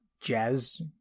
jazz